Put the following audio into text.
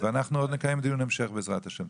אנחנו נקיים עוד דיון המשך בעזרת השם.